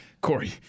Corey